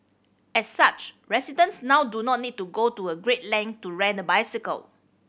as such residents now do not need to go to a great length to rent a bicycle